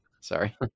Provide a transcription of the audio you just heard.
Sorry